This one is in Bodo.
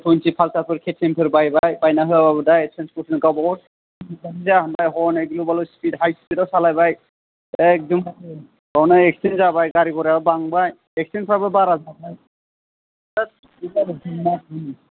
टु टुइन्टि पालसारफोर केटिएमफोर बायबाय बायना होआबाबो दाय ट्रेन्सपरफोर गावबा गाव हनै गिलु बालु स्पिड हाइ स्पिदाव सालाय एखदम बावनो एक्सिडेन्ट जाबाय गारि गरा बांबाय एक्सिडेन्टफ्राबो बारा जाबाय बिराथ